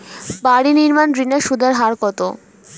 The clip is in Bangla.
বাড়ি নির্মাণ ঋণের সুদের হার কত?